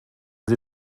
sie